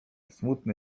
smutny